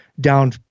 down